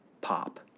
pop